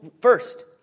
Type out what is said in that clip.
first